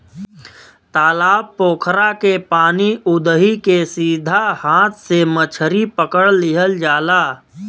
तालाब पोखरा के पानी उदही के सीधा हाथ से मछरी पकड़ लिहल जाला